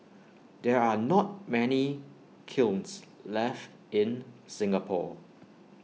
there are not many kilns left in Singapore